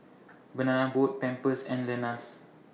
Banana Boat Pampers and Lenas